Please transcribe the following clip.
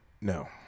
No